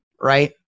right